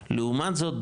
לעומת זאת,